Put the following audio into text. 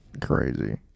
Crazy